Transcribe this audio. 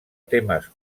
temes